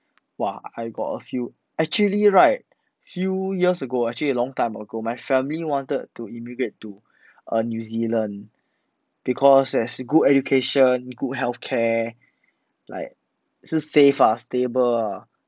!wah! I got a few actually right few years ago actually long time ago my family wanted to immigrant to err new zealand becasue there is new education good healthcare like 是 safe ah stable ah